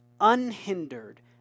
unhindered